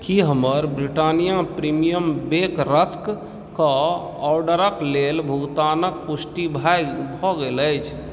की हमर Britannia premium bake रस्कके ऑडरके लेल भुगतानके पुष्टि भऽ गेल अछि